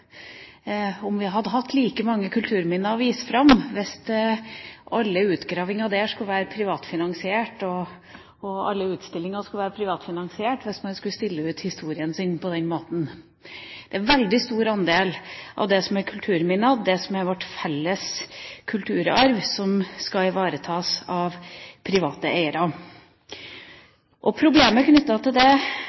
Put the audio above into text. om vi hadde hatt like mange kulturminner å vise fram hvis alle utgravinger og alle utstillinger skulle vært privatfinansiert, hvis man skulle stille ut historien sin på den måten – en veldig stor andel av kulturminnene, det som er vår felles kulturarv, ivaretas av private eiere. Problemet er at det som gjennom historien har skapt stor rikdom og flotte kulturminner, ikke nødvendigvis i dag er knyttet til